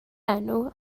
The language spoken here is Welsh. enw